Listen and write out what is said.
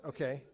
Okay